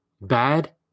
bad